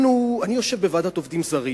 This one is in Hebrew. אני יושב בוועדת העובדים הזרים,